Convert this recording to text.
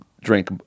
drink